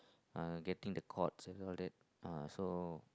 uh getting the chords and all that uh so